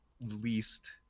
least